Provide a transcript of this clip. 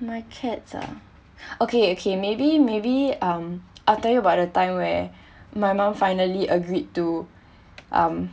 my cats uh okay okay maybe maybe um after about the time where my mom finally agreed to um